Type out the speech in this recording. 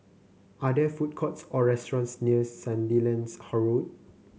are there food courts or restaurants near Sandilands Road